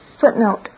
Footnote